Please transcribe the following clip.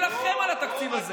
תילחם על התקציב.